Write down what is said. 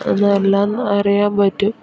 എല്ലാം അറിയാൻ പറ്റും